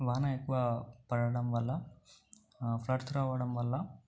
వాన ఎక్కువ పడటం వల్ల ఫ్లడ్స్ రావడం వల్ల